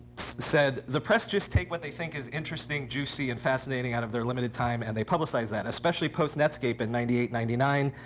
said, the press just take what they think is interesting, juicy, and fascinating out of their limited time and they publicize that. especially post netscape in ninety eight, ninety nine,